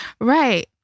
Right